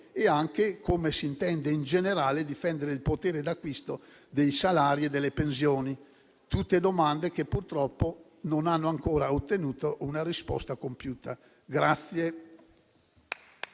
e anche come si intenda in generale difendere il potere d'acquisto dei salari e delle pensioni. Tutte domande che, purtroppo, non hanno ancora ottenuto una risposta compiuta.